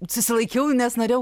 susilaikiau nes norėjau